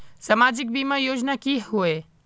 सामाजिक बीमा योजना की होय?